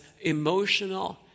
emotional